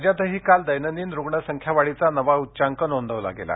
राज्यातही काल दैनंदिन रुग्णसंख्यावाढीचा नवा उच्चांक नोंदवला गेला